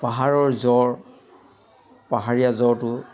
পাহাৰৰ জ্বৰ পাহাৰীয়া জ্বৰটো